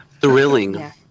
thrilling